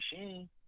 machine